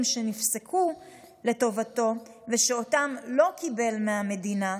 שנפסקו לטובתו ושאותם לא קיבל מהמדינה,